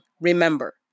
remember